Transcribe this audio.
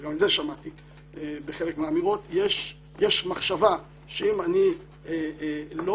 בחלק מהאמירות יש מחשבה שאם אני לא